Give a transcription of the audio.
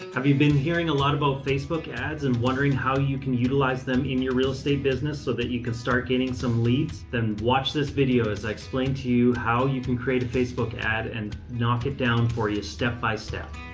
have you been hearing a lot about facebook ads and wondering how you can utilize them in your real estate business so that you can start getting some leads? then watch this video as i explain to you how you can create a facebook ad and knock it down for you step by step.